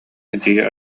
эдьиийэ